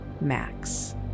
Max